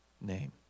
name